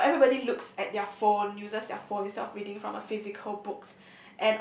everybody look at their phone uses their phone instead of reading from the physical book